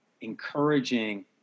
encouraging